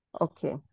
Okay